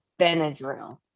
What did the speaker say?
Benadryl